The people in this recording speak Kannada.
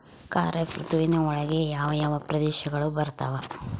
ಖಾರೇಫ್ ಋತುವಿನ ಒಳಗೆ ಯಾವ ಯಾವ ಪ್ರದೇಶಗಳು ಬರ್ತಾವ?